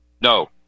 No